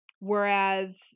Whereas